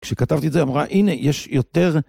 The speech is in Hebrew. כשכתבתי את זה אמרה הנה יש יותר.